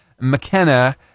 McKenna